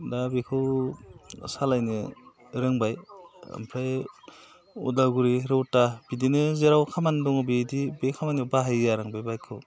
दा बेखौ सालायनो रोंबाय ओमफ्राय उदालगुरी रौता बिदिनो जेराव खामानि दङ बिदि बे खामानियाव बाहायो आङो बाइकखौ